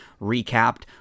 recapped